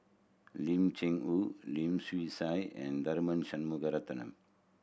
Lim Cheng Hoe Lim Swee Say and Tharman Shanmugaratnam